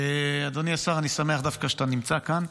אדוני השר, אני שמח, דווקא, שאתה נמצא כאן,